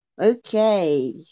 Okay